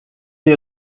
des